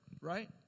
right